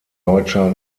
deutscher